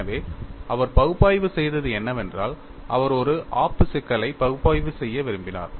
எனவே அவர் பகுப்பாய்வு செய்தது என்னவென்றால் அவர் ஒரு ஆப்பு சிக்கலை பகுப்பாய்வு செய்ய விரும்பினார்